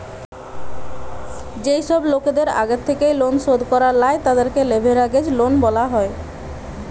যেই সব লোকদের আগের থেকেই লোন শোধ করা লাই, তাদেরকে লেভেরাগেজ লোন বলা হয়